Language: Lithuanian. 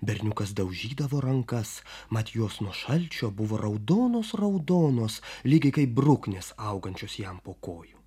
berniukas daužydavo rankas mat juos nuo šalčio buvo raudonos raudonos lygiai kaip bruknės augančios jam po kojų